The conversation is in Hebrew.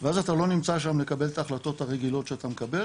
ואז אתה לא נמצא שם לקבל את ההחלטות הרגילות שאתה מקבל